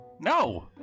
no